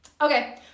Okay